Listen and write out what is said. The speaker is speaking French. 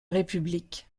république